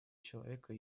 человека